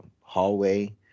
hallway